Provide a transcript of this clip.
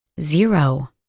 Zero